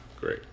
Great